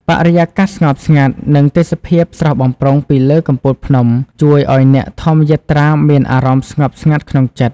បរិយាកាសស្ងប់ស្ងាត់ និងទេសភាពស្រស់បំព្រងពីលើកំពូលភ្នំ ជួយឲ្យអ្នកធម្មយាត្រាមានអារម្មណ៍ស្ងប់ស្ងាត់ក្នុងចិត្ត។